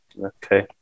okay